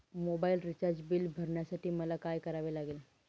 Mobile recharge bill भरण्यासाठी मला काय करावे लागेल?